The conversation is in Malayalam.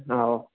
ആ ഒ